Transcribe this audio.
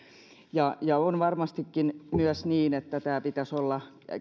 nyt ja on varmastikin myös niin että tämän pitäisi olla